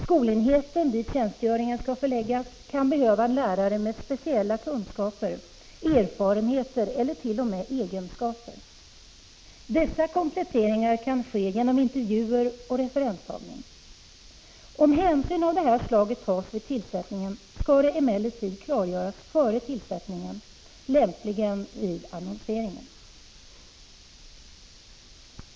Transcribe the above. Skolenheten dit tjänstgöringen skall förläggas kan behöva en lärare med speciella kunskaper, erfarenheter ellert.o.m. egenskaper. Dessa kompletteringar kan ske genom intervjuer och referenstagning. Om hänsyn av det här slaget tas vid tillsättningen skall det emellertid klargöras före tillsättningen, lämpligen vid annonseringen.